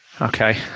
Okay